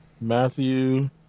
Matthew